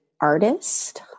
artist